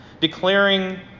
declaring